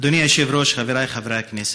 אדוני היושב-ראש, חבריי חברי הכנסת,